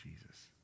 Jesus